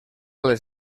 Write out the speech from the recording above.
les